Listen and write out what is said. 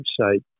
website